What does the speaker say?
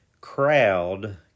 crowd